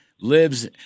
lives